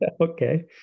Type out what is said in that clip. Okay